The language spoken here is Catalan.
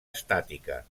estàtica